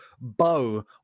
bow